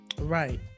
Right